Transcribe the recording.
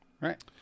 Right